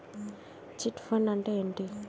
Chit fund అంటే ఏంటి?